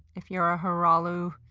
if you're a horologiphile,